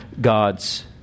God's